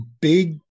big